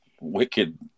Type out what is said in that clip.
wicked